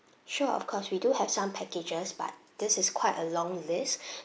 sure of course we do have some packages but this is quite a long list